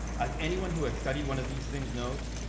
as anyone who has studied one of these things knows,